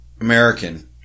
American